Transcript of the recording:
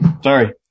sorry